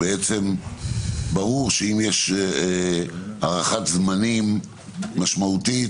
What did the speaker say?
ברור שאם יש הארכת זמנים משמעותית